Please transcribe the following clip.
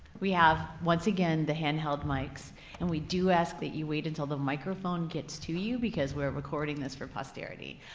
we have once again the handheld mics and we do ask that you wait until the microphone gets to you because we're recording this for posterity.